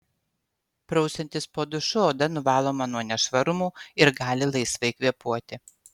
prausiantis po dušu oda nuvaloma nuo nešvarumų ir gali laisvai kvėpuoti